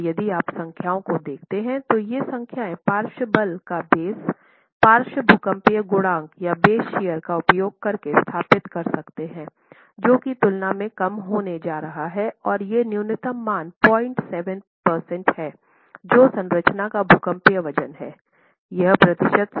और यदि आप संख्याओं को देखते हैं तो ये संख्याएँ पार्श्व बल का बेस पार्श्व भूकंपीय गुणांक या बेस शियर का उपयोग करके स्थापित कर सकते हैं जो की तुलना में कम होने जा रहा है और ये न्यूनतम मान 07 प्रतिशत है जो संरचना का भूकंपीय वजन हैं